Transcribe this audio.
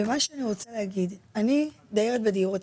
אני דיירת בדיור הציבורי.